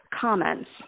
comments